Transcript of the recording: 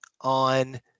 on